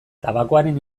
tabakoaren